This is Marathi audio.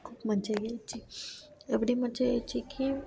खूप मज्जा यायची एवढी मज्जा यायची की